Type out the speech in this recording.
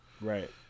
Right